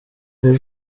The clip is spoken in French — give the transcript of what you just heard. veut